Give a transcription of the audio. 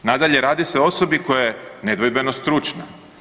Nadalje, radi se o osobi koja je nedvojbeno stručna.